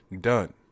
done